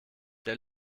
der